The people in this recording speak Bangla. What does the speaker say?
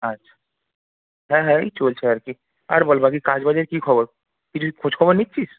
আচ্ছা হ্যাঁ হ্যাঁ এই চলছে আর কি আর বল বাকি কাজবাজের কী খবর পি জির খোঁজ খবর নিচ্ছিস